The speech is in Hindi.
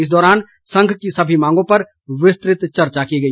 इस दौरान संघ की सभी मांगों पर विस्तृत चर्चा की गई